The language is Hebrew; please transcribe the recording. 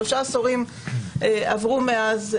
שלושה עשורים עברו מאז.